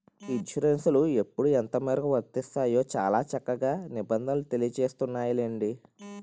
ఇన్సురెన్సులు ఎప్పుడు ఎంతమేరకు వర్తిస్తాయో చాలా చక్కగా నిబంధనలు తెలియజేస్తున్నాయిలెండి